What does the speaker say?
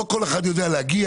לא כל אחד יודע להגיע,